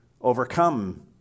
overcome